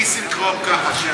תני לי רגע להגיב על זה.